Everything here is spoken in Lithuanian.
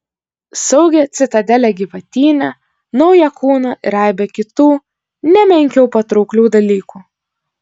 saugią citadelę gyvatyne naują kūną ir aibę kitų ne menkiau patrauklių dalykų